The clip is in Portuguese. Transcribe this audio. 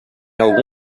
algum